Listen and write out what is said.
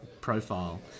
profile